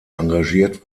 engagiert